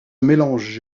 mélange